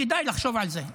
כדאי לחשוב על זה.